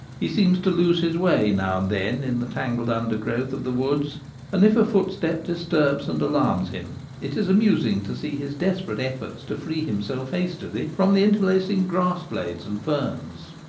he seems to lose his way now and then in the tangled under growth of the woods and if a footstep disturbs and alarms him, it is amusing to see his desperate efforts to free himself hastily from the interlacing grass-blades and ferns.